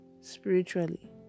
spiritually